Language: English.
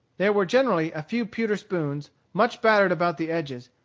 there were generally a few pewter spoons, much battered about the edges,